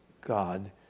God